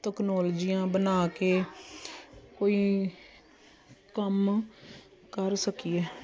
ਤਕਨੋਲਜੀਆਂ ਬਣਾ ਕੇ ਕੋਈ ਕੰਮ ਕਰ ਸਕੀਏ